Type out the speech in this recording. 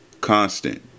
constant